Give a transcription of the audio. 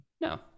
No